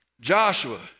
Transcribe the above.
Joshua